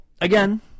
again